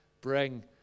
bring